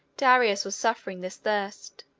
darius was suffering this thirst.